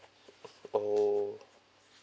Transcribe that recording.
oh